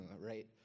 right